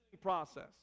process